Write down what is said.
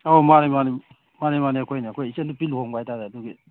ꯑꯧ ꯃꯥꯅꯤ ꯃꯥꯅꯤ ꯃꯥꯅꯤ ꯃꯥꯅꯤ ꯑꯩꯈꯣꯏꯅꯤ ꯑꯩꯈꯣꯏ ꯏꯆꯟ ꯅꯨꯄꯤ ꯂꯨꯍꯣꯡꯕ ꯍꯥꯏꯇꯥꯔꯦ ꯑꯗꯨꯒꯤ